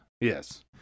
Yes